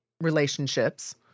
relationships